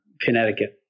Connecticut